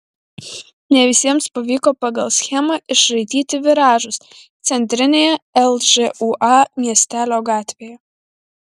ne visiems pavyko pagal schemą išraityti viražus centrinėje lžūa miestelio gatvėje